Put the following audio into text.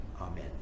Amen